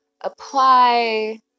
Apply